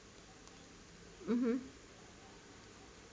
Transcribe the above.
mmhmm